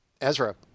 Ezra